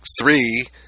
Three